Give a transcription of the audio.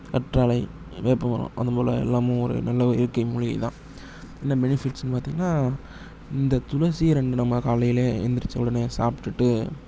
கற்றாழை வேப்பமரம் அதுபோல எல்லாமும் ஒரு நல்ல ஒரு இயற்கை மூலிகை தான் என்ன பெனிஃபிட்ஸுன்னு பார்த்தீங்கன்னா இந்த துளசி ரெண்டு நம்ம காலையில் எழுந்திரிச்ச உடனே சாப்பிட்டுட்டு